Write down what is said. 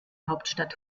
hauptstadt